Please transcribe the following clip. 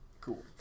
cool